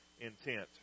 intent